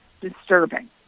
disturbing